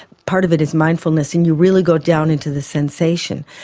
part of it is mindfulness and you really go down into the sensation.